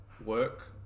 work